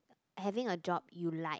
having a job you like